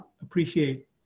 appreciate